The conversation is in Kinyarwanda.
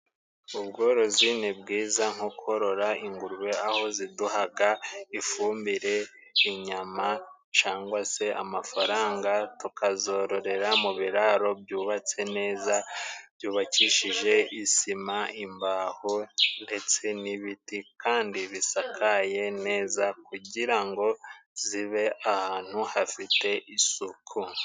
Ubworozi ni bwiza, nko korora ingurube aho ziduhaga ifumbire, inyama cangwa se amafaranga, tukazororera mu biraro byubatse neza, byubakishije isima, imbaho ndetse n'ibiti, kandi bisakaye neza kugira ngo zibe ahantu hafite isuku.